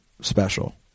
special